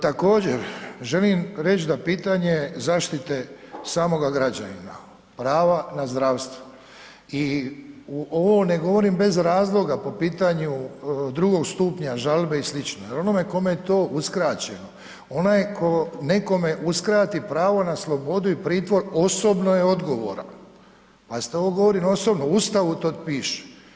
Također, želim reći da pitanje zaštite samoga građanina, prava na zdravstvo, i ovo vam ne govorim bez razloga po pitanju drugog stupnja žalbe i sl., jel onome kome je to uskraćeno, onaj tko nekome uskrati pravo na slobodu i pritvor osobno je odgovoran, pazite ovo govorim osobno, u Ustavu to piše.